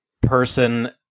person